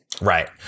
Right